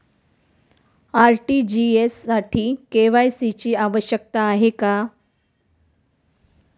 RTGS साठी KYC ची आवश्यकता आहे का?